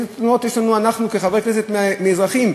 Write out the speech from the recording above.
איזה תלונות יש לנו, אנחנו, כחברי כנסת, מאזרחים?